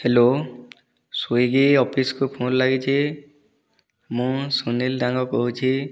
hello Swiggy ଅଫିସକୁ phone ଲାଗିଛି ମୁଁ ସୁନୀଲ ଡାଙ୍ଗ କହୁଛି